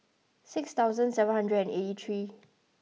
six thousand seven hundred and eighty three